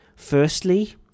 Firstly